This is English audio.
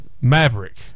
Maverick